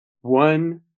one